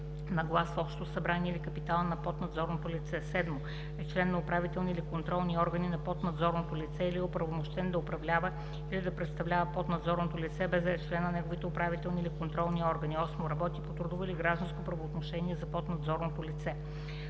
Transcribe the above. на глас в общото събрание или от капитала на поднадзорното лице; 7. е член на управителни или контролни органи на поднадзорното лице или е оправомощен да управлява или да представлява поднадзорното лице, без да е член на неговите управителни или контролни органи; 8. работи по трудово или гражданско правоотношение за поднадзорното лице.